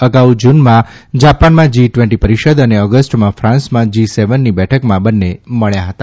અગાઉ જૂનમાં જાપાનમાં જી ટૃવેન્ટી પરિષદ અને ઓગષ્ટમાં ફાન્સમાં જી સેવનની બેઠકમાં બંને મળ્યા હતા